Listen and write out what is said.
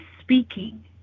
speaking